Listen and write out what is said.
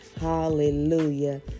Hallelujah